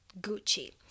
Gucci